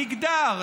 מגדר,